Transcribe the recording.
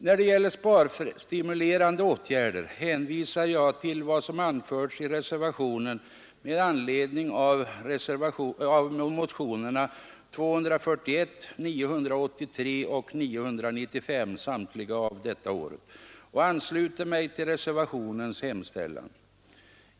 När det gäller sparstimulerande åtgärder hänvisar jag till vad som anförs i reservationen med anledning av motionerna 1973:241 och 1973:983 samt 1973:995 och ansluter mig till reservationens hemställan.